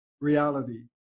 reality